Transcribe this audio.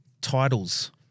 Titles